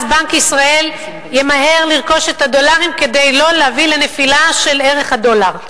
בנק ישראל ימהר לרכוש את הדולרים כדי לא להביא לנפילה של ערך הדולר.